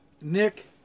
Nick